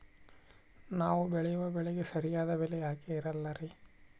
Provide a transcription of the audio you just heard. ನಾವು ಬೆಳೆಯುವ ಬೆಳೆಗೆ ಸರಿಯಾದ ಬೆಲೆ ಯಾಕೆ ಇರಲ್ಲಾರಿ?